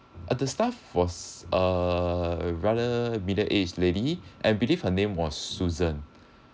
and the staff was uh rather middle age lady I believed her name was susan